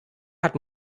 hat